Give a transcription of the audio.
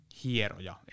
hieroja